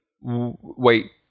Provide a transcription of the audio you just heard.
Wait